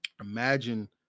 imagine